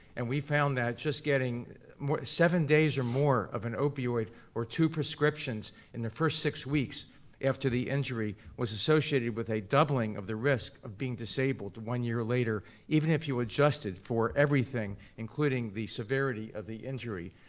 and we found that just getting seven days or more of an opioid or two prescriptions in the first six weeks after the injury was associated with a doubling of the risk of being disabled one year later, even if you adjusted for everything, including the severity of the injury.